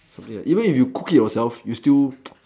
okay even if you cook it yourself you still